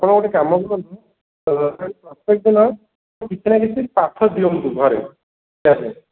ଆପଣ ଗୋଟେ କାମ କରନ୍ତୁ ପ୍ରତ୍ୟେକ ଦିନ ତାକୁ କିଛି ନା କିଛି ପାଠ ଦିଅନ୍ତୁ ଘରେ ତାହାଲେ